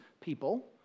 people